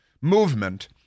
movement